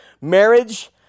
marriage